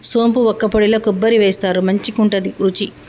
సోంపు వక్కపొడిల కొబ్బరి వేస్తారు మంచికుంటది రుచి